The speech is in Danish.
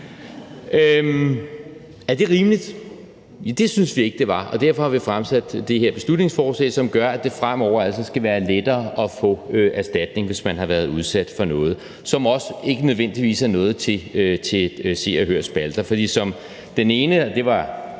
Er det rimeligt? Det synes vi ikke det var, og derfor har vi fremsat det her beslutningsforslag, som gør, at det fremover altså skal være lettere at få erstatning, hvis man har været udsat for noget, også noget, som ikke nødvendigvis er til Se og Hørs spalter.